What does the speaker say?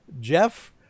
Jeff